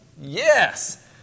Yes